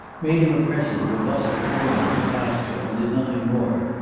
made him a present of a bust of homer in plaster, and did nothing more.